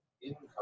income